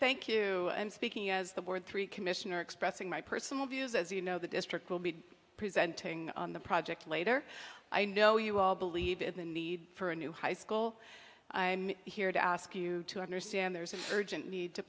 thank you i'm speaking as the board three commissioner expressing my personal views as you know the district will be presenting the project later i know you all believe it the need for a new high school i'm here to ask you to understand there's an urgent need to